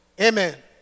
Amen